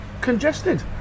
Congested